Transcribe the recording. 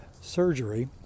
surgery